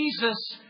Jesus